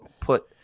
put